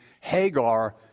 Hagar